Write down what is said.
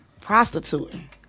Prostituting